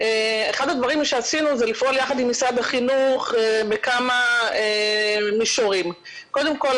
אחד הדברים שעשינו זה לפעול יחד עם משרד החינוך בכמה מישורים: קודם כול,